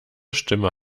stimme